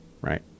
right